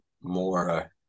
more